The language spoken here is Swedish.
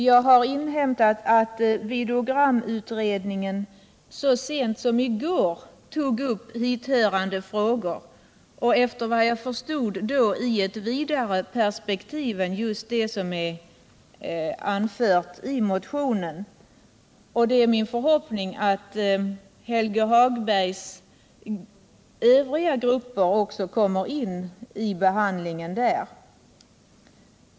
Jag har inhämtat att videogramutredningen så sent som i går tog upp dithörande frågor, och då efter vad jag förstod i ett vidare perspektiv än just det som anförts i motionen. Det är därför min förhoppning att också Helge Hagbergs övriga grupper kommer in i behandlingen där.